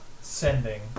sending